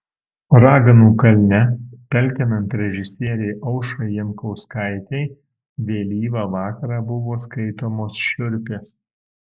raganų kalne talkinant režisierei aušrai jankauskaitei vėlyvą vakarą buvo skaitomos šiurpės